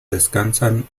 descansan